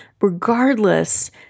Regardless